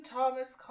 Thomas